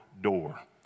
door